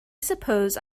suppose